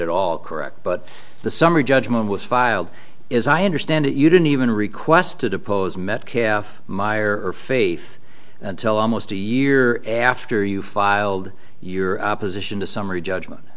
it all correct but the summary judgment was filed is i understand it you didn't even request to depose metcalf meyer or faith until almost a year after you filed your opposition to summary judgment